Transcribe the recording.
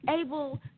able